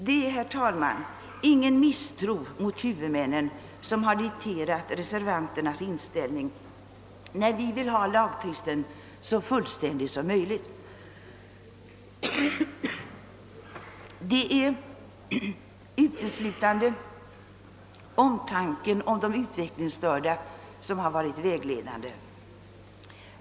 Det är, herr talman, ingen misstro mot huvudmännen som har dikterat reservanternas inställning när vi vill ha lagtexten så fullständig som möjligt. Det är uteslutande omsorgen om de utvecklingsstörda som har varit vägledande för oss.